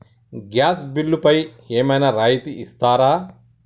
Gas బిల్లుపై ఏమైనా రాయితీ ఇస్తారా?